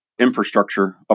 infrastructure